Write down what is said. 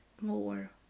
more